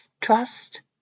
trust